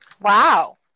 Wow